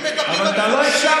הם מקבלים, אבל אתה לא הקשבת.